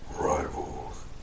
Rivals